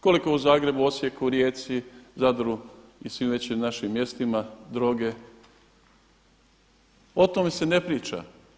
Koliko u Zagrebu, Osijeku, Rijeci, Zadru i svim našim mjestima droge o tome se ne priča.